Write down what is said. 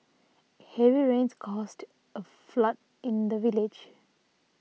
heavy rains caused a flood in the village